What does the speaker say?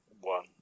One